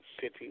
City